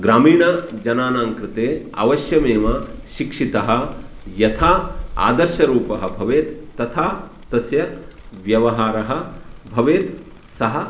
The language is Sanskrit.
ग्रामीणजनानां कृते अवश्यमेव शिक्षितः यथा आदर्शरूपः भवेत् तथा तस्य व्यवहारः भवेत् सः